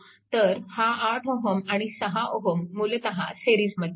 तर हा 8 Ω आणि 6 Ω मूलतः सिरीजमध्ये आहेत